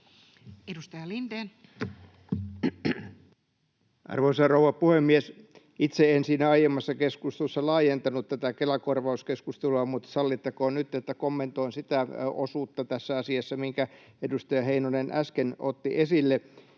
21:23 Content: Arvoisa rouva puhemies! Itse en siinä aiemmassa keskustelussa laajentanut tätä Kela-korvauskeskustelua, mutta sallittakoon nyt, että kommentoin sitä osuutta tässä asiassa, minkä edustaja Heinonen äsken otti esille.